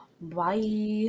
Bye